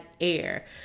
Air